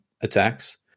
attacks